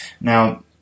now